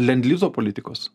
lendlizo politikos